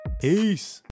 Peace